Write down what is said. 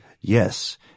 Yes